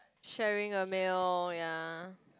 sharing a meal ya